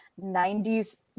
90s